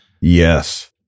Yes